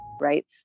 right